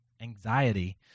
anxiety